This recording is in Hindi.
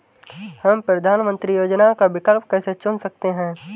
हम प्रधानमंत्री योजनाओं का विकल्प कैसे चुन सकते हैं?